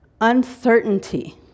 Uncertainty